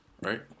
right